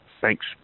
Thanks